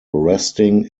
resting